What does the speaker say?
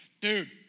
dude